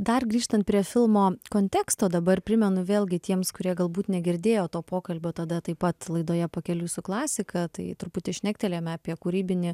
dar grįžtant prie filmo konteksto dabar primenu vėlgi tiems kurie galbūt negirdėjo to pokalbio tada taip pat laidoje pakeliui su klasika tai truputį šnektelėjome apie kūrybinį